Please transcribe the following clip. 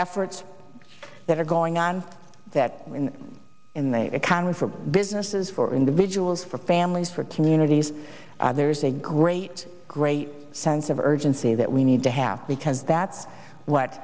efforts that are going on that in the economy for businesses for individuals for families for communities there's a great great sense of urgency that we need to have because that's what